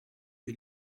que